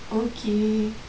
okay